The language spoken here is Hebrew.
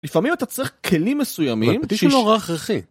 לפעמים אתה צריך כלים מסוימים , זה נורא הכרחי